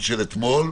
אתמול,